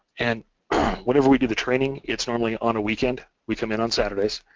and whenever we do the training, it's only on a weekend. we come in on saturdays,